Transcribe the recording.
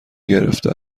گرفته